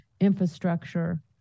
infrastructure